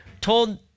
told